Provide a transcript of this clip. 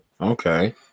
Okay